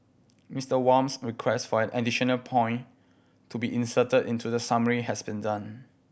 Mister Wham's request for an additional point to be inserted into the summary has been done